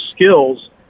skills